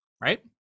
right